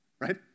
right